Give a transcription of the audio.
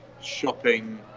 shopping